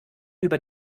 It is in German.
über